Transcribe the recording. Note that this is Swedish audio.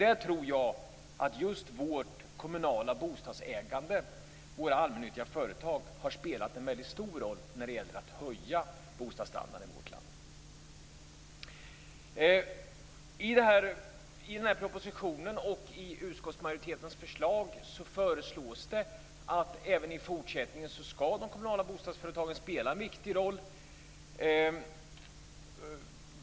Jag tror att vårt kommunala bostadsägande, våra allmännyttiga företag, har spelat en väldigt stor roll när det gäller att höja bostadsstandarden i vårt land. I propositionen och i utskottsmajoritetens förslag föreslås att de kommunala bostadsföretagen även i fortsättningen skall spela en viktig roll.